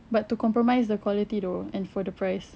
but to compromise the quality though and for the price